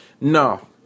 No